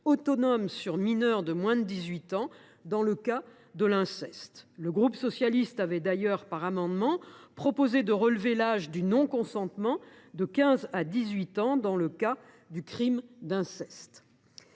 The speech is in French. autonomes sur mineurs de moins de 18 ans dans le cas de l’inceste. Le groupe Socialiste, Écologiste et Républicain avait d’ailleurs, par amendement, proposé de relever l’âge du non consentement de 15 à 18 ans dans le cas du crime d’inceste.